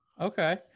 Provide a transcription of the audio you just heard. okay